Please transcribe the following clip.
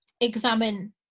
examine